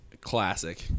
classic